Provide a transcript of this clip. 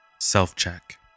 Self-check